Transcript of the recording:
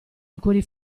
liquori